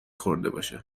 خوردهباشد